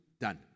done